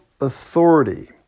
authority